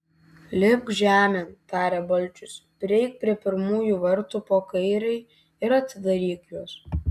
lipk žemėn tarė balčius prieik prie pirmųjų vartų po kairei ir atidaryk juos